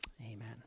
amen